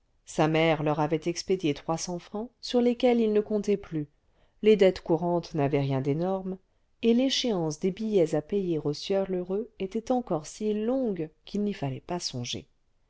sa mère leur avait expédié trois cents francs sur lesquels il ne comptait plus les dettes courantes n'avaient rien d'énorme et l'échéance des billets à payer au sieur lheureux était encore si longue qu'il n'y fallait pas songer